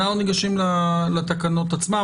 אנחנו ניגשים לתקנות עצמן.